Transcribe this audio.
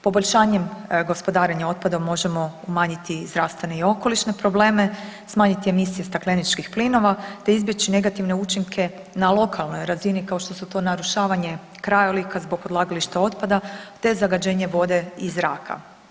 Poboljšanjem gospodarenja otpadom možemo umanjiti i zdravstvene i okolišne probleme, smanjiti emisije stakleničkih plinova te izbjeći negativne učinke na lokalnoj razini, kao što su to narušavanje krajolika zbog odlagališta otpada te zagađenje vode i zraka.